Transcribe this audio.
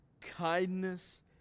kindness